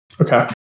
Okay